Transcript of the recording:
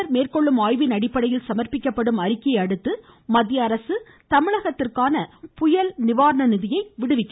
இக்குழுவினர் மேற்கொள்ளும் ஆய்வின் அடிப்படையில் சமர்ப்பிக்கப்படும் அறிக்கையை அடுத்து மத்திய அரசு தமிழகத்திற்கான புயல் நிவாரண நிதியை விடுவிக்கும்